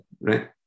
right